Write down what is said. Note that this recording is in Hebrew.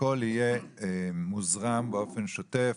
שהכול יהיה מוזרם באופן שוטף,